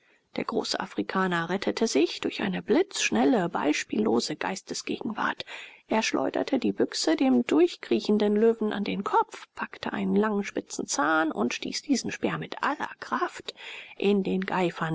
der große afrikaner rettete sich durch eine blitzschnelle beispiellose geistesgegenwart er schleuderte die büchse dem durchkriechenden löwen an den kopf packte einen langen spitzen zahn und stieß diesen speer mit aller kraft in den